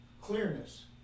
clearness